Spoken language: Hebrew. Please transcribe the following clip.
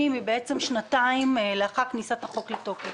היא בעצם שנתיים לאחר כניסת החוק לתוקף.